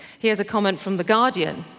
here's a comment from the guardian,